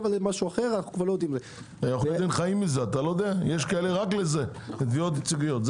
יש כאלה שחיים רק לזה, לתביעות ייצוגיות.